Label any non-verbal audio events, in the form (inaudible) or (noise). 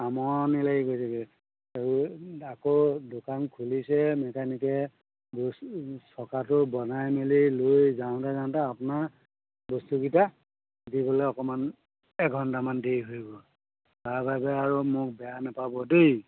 আমনি লাগি গৈছে গৈ (unintelligible) আৰু আকৌ দোকান খুলিছে মেকানিকে বস্তু (unintelligible) চকাটো বনাই মেলি লৈ যাওঁতে যাওঁতে আপোনাৰ বস্তুকিটা দিবলৈ অকণমান এঘণ্টামান দেৰি হৈ গ'ল তাৰবাবে আৰু মোক বেয়া নোপাব দেই